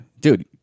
dude